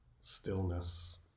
stillness